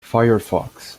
firefox